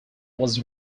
was